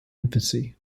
infancy